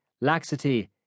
laxity